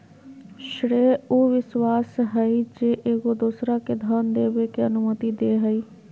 श्रेय उ विश्वास हइ जे एगो दोसरा के धन देबे के अनुमति दे हइ